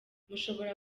mushobora